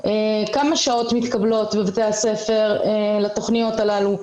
כמה שעות מתקבלות בבתי הספר לתוכניות הללו,